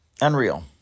Unreal